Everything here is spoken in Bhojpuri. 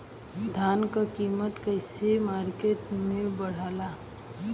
धान क कीमत कईसे मार्केट में बड़ेला?